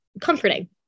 comforting